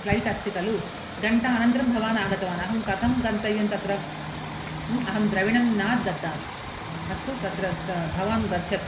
flat अस्ति खलु घण्टा अनन्तरं भवान् आगतवान् अहं कथं गन्तव्यं तत्र अहं द्रविणं न ददामि अस्तु तत्र त् भवान् गच्छतु